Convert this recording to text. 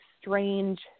strange